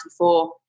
1994